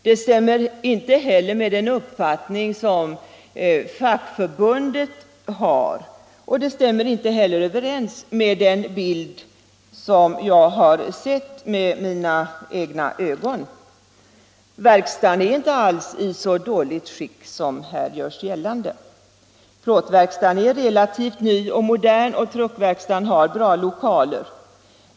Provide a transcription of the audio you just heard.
Det stämmer inte heller med den uppfattning som fackföreningen har, och inte heller med det som jag har sett med mina egna ögon. Verkstaden är inte alls i så dåligt skick som här görs gällande. Plåtverkstaden är relativt modern, och truckverkstaden har bra lokaler.